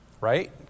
right